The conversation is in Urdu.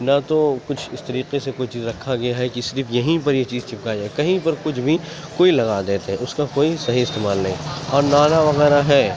نہ تو کچھ اس طریقہ سے کوئی چیز رکھا گیا ہے کہ صرف یہیں پر یہ چیز چپکائی جائے کہیں پر کچھ بھی کوئی لگا دیتے اس کا کوئی صحیح استعمال نہیں اور نالا وغیرہ ہے